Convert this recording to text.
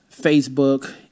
Facebook